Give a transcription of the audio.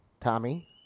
Tommy